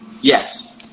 Yes